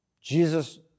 Jesus